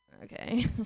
Okay